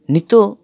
ᱱᱤᱛᱚᱜ